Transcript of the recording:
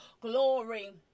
Glory